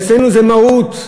אצלנו זה מהות,